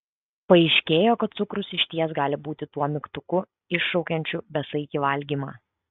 paaiškėjo kad cukrus išties gali būti tuo mygtuku iššaukiančiu besaikį valgymą